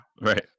Right